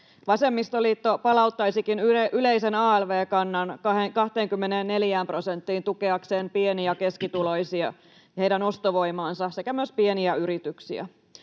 Vasemmistoliitto palauttaisikin yleisen alv-kannan 24 prosenttiin tukeakseen pieni- ja keskituloisia ja heidän ostovoimaansa sekä myös pieniä yrityksiä.